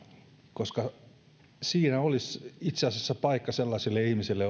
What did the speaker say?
siinä olisi itse asiassa paikka sellaisille ihmisille